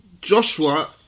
Joshua